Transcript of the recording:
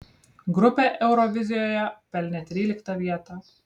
grupė eurovizijoje pelnė tryliktą vietą